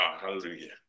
hallelujah